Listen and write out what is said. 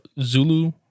Zulu